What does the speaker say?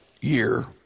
year